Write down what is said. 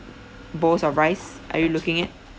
bowls of rice are you looking at